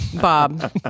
Bob